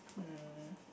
hmm